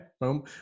Boom